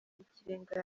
y’ikirenga